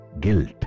guilt